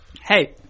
Hey